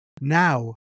now